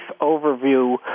overview